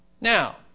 Now